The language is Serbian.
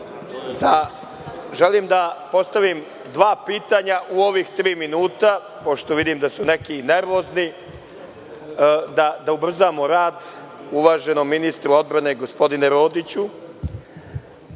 grlo. Želim da postavim dva pitanja u ovih tri minuta, pošto vidim da su neki nervozni. Da ubrzamo rad. Uvaženom ministru odbrane, gospodinu Rodiću.